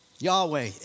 Yahweh